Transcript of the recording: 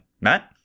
matt